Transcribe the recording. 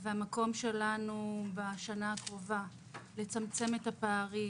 והמקום שלנו בשנה הקרובה לצמצם את הפערים